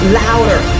louder